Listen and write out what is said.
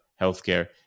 healthcare